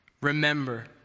Remember